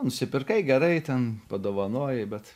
nusipirkai gerai ten padovanojai bet